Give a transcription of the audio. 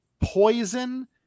Poison